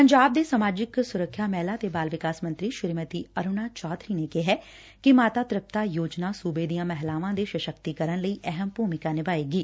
ਪੰਜਾਬ ਦੇ ਸਮਾਜਿਕ ਸੁਰੱਖਿਆ ਮਹਿਲਾ ਤੇ ਬਾਲ ਵਿਕਾਸ ਮੰਤਰੀ ਸ੍ਰੀਮਤੀ ਅਰੁਣਾ ਚੋਧਰੀ ਨੇ ਕਿਹੈ ਕਿ ਮਾਤਾ ਤ੍ਰਿਪਤਾ ਯੋਜਨਾ ਸੁਬੇ ਦੀਆਂ ਮਹਿਲਾਵਾਂ ਦੇ ਸਸਕਤੀਕਰਨ ਲਈ ਅਹਿਮ ਭ੍ਰਮਿਕਾ ਨਿਭਾਏਗੀ